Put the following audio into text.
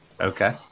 okay